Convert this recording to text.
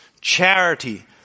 charity